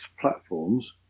platforms